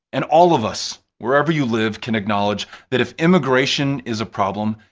and all of us, wherever you live, can acknowledge that if immigration is a problem,